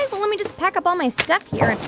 let me just pack up all my stuff here.